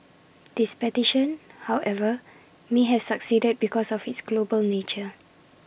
this petition however may have succeeded because of its global nature